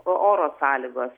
oro sąlygos